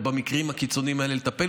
במקרים הקיצוניים האלה אין לי יכולת לטפל,